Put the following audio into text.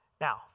Now